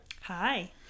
Hi